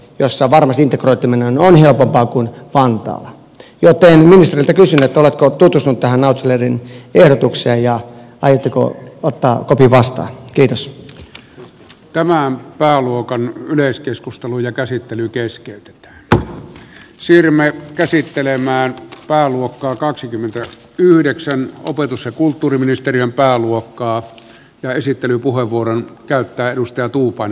jossa varmasti integroituminen on helpompaa kuin vantaalla ja pääministeriltä kysynyt olo tuntui sentään asserin kehotuksia ja artikuloi pataa töpinästä yhdessä tämän pääluokan yleiskeskustelu ja käsittely keskeytetäänko silmä käsittelemään pääluokkaa kaksikymmentä yhdeksän opetus ja kulttuuriministeriön pääluokkaa ja esittelypuheenvuoron käyttää edustaja tuuban